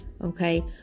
okay